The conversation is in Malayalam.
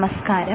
നമസ്കാരം